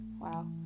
Wow